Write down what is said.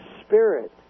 spirit